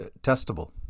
testable